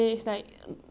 emma color